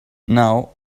now